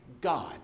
God